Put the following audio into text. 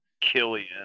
Killian